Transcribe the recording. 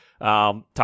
Talk